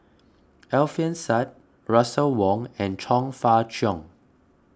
Alfian Sa'At Russel Wong and Chong Fah Cheong